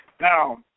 Now